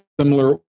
similar